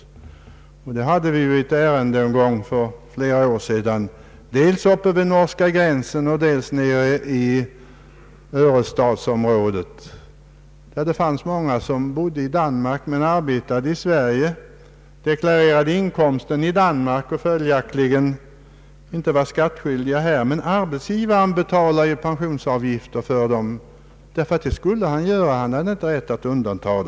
Ett par sådana fall hade vi ju att ta ställning till för några år sedan, dels ett från den norska gränsen, dels ett från Örestadsområdet, där det fanns många som bodde i Danmark men arbetade i Sverige, deklarerade inkomsten i Danmark och följaktligen inte var skattskyldiga här. Arbetsgivaren fick dock betala pensionsavgifter för dem — han hade inte rätt att här göra något undantag.